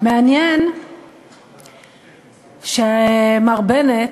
מעניין שמר בנט,